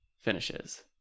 finishes